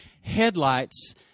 headlights